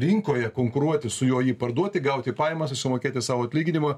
rinkoje konkuruoti su juo jį parduoti gauti pajamas i sumokėti sau atlyginimą